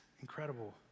incredible